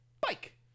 Bike